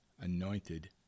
anointed